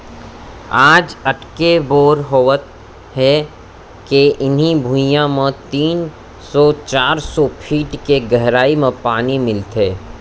आज अतेक बोर होवत हे के इहीं भुइयां म तीन सौ चार सौ फीट के गहरई म पानी मिलत हे